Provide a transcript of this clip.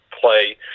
play